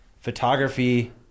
photography